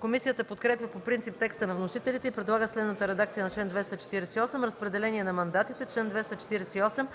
Комисията подкрепя по принцип текста на вносителите и предлага следната редакция на чл. 248: „Разпределение на мандатите Чл. 248.